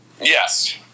Yes